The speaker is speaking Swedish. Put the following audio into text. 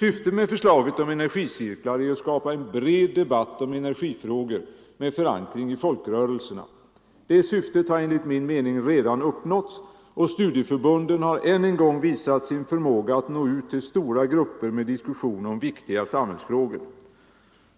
Syftet med förslaget om energicirklar är att skapa en bred debatt om energifrågor med förankring i folkrörelserna. Det syftet har enligt min mening redan uppnåtts och studieförbunden har än en gång visat sin förmåga att nå ut till stora grupper med diskussion om viktiga samhällsfrågor.